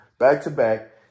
back-to-back